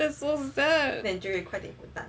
that's so sad